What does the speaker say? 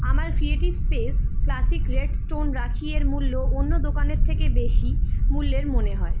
আমার creative space classic red stone rakhi এর মূল্য অন্য দোকানের থেকে বেশি মূল্যের মনে হয়